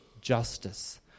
justice